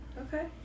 Okay